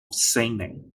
singing